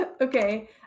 Okay